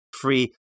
free